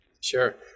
Sure